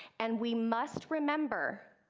and we must remember,